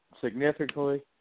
significantly